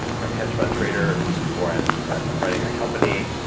um hedge fund trader or i'm i'm running my company,